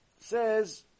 says